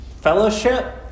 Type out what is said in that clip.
fellowship